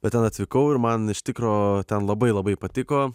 bet ten atvykau ir man iš tikro ten labai labai patiko